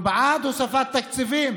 אנחנו בעד הוספת תקציבים